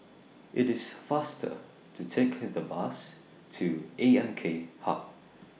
IT IS faster to Take The Bus to A M K Hub